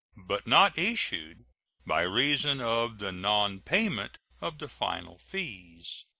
but not issued by reason of the non-payment of the final fees.